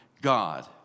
God